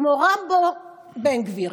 כמו רמבו בן גביר,